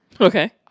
Okay